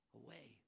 away